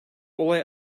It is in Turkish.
olay